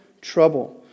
trouble